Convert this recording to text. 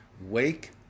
Wake